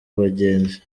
abagenzi